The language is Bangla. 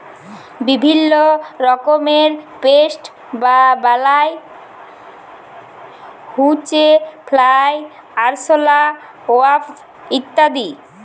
বিভিল্য রকমের পেস্ট বা বালাই হউচ্ছে ফ্লাই, আরশলা, ওয়াস্প ইত্যাদি